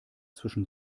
zwischen